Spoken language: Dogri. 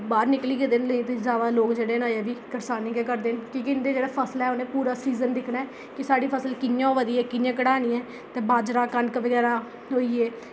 बाहर निकली गेदे न पर ओह् लोक जादै जेह्ड़े न ओह् करसानी गै करदे न क्योंकि उं'दी जेह्ड़ी फसल ऐ ओह् उ'नें पूरा सीज़न दिक्खना ऐ कि साढ़ी फसल कियां होआ दी ऐ कि'यां कढानी ऐ ते बाजरा कनक बगैरा होइयै